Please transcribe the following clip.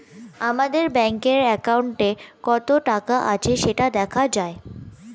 আমাদের ব্যাঙ্কের অ্যাকাউন্টে কত টাকা আছে সেটা দেখা যায়